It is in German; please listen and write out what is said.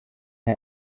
der